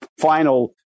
final